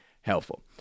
helpful